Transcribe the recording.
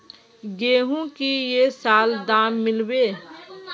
गेंहू की ये साल दाम मिलबे बे?